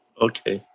Okay